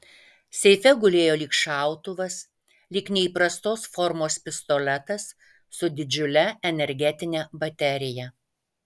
seife gulėjo lyg šautuvas lyg neįprastos formos pistoletas su didžiule energetine baterija